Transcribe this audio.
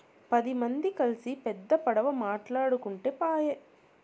పది మంది కల్సి పెద్ద పడవ మాటాడుకుంటే పాయె